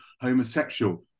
homosexual